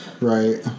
Right